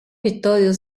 vittorio